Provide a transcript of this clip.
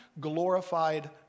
glorified